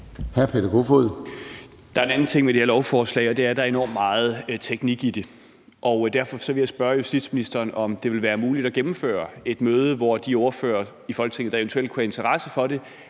Der er en anden ting ved det her lovforslag, og det er, at der er enormt meget teknik i det. Derfor vil jeg spørge justitsministeren, om det ville være muligt at gennemføre et møde, hvor de ordførere i Folketinget, der eventuelt kunne have interesse for det,